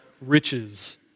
riches